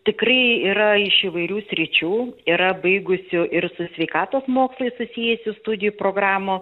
tikrai yra iš įvairių sričių yra baigusių ir su sveikatos mokslais susijusių studijų programų